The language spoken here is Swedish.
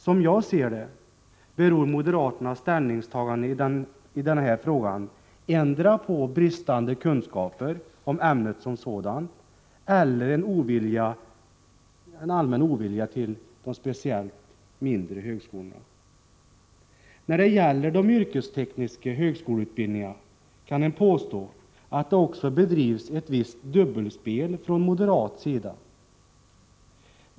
Som jag ser det, beror moderaternas ställningstagande i denna fråga endera på bristande kunskaper om ämnet som sådant eller på en allmän ovilja speciellt gentemot de mindre högskolorna. När det gäller de yrkestekniska högskoleutbildningarna kan man påstå att det också bedrivs ett visst dubbelspel från moderat sida.